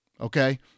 okay